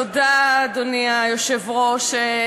תודה, אדוני היושב-ראש.